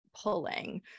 pulling